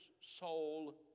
soul